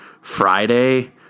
Friday